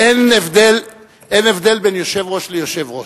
אין הבדל בין יושב-ראש ליושב-ראש.